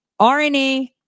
RNA